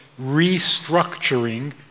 restructuring